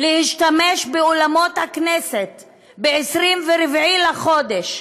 להשתמש באולמות הכנסת ב-24 בחודש,